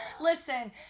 Listen